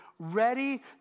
ready